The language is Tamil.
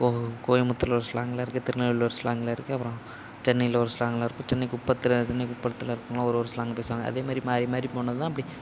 கோ கோயமுத்தூரில் ஒரு ஸ்லாங்கில் இருக்குது திருநெல்வேலியில் ஒரு ஸ்லாங்கில் இருக்குது அப்புறம் சென்னையில் ஒரு ஸ்லாங்கில் இருக்குது சென்னை குப்பத்தில் சென்னை குப்பத்தில் இருக்கவங்களாம் ஒரு ஒரு ஸ்லாங் பேசுவாங்க அதேமாதிரி மாறி மாறி போனது தான் அப்படி